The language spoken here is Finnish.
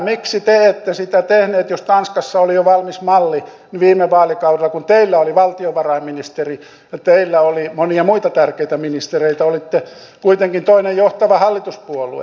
miksi te ette sitä tehneet jos tanskassa oli jo valmis malli viime vaalikaudella kun teillä oli valtiovarainministeri ja teillä oli monia muita tärkeitä ministereitä olitte kuitenkin toinen johtava hallituspuolue